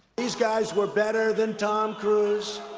these guys were better than tom cruise